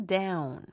down